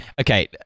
Okay